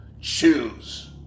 Choose